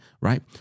Right